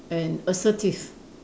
and assertive